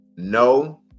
No